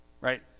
Right